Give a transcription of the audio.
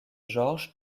georges